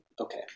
okay